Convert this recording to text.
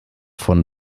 von